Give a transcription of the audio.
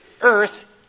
Earth